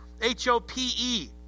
H-O-P-E